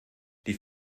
die